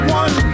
one